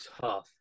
tough